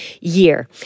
year